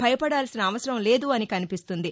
భయపడాల్సిన అవసరం లేదు అని కనిపిస్తుంది